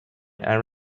and